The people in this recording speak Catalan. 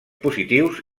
positius